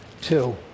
two